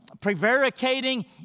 prevaricating